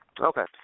Okay